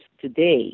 today